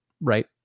right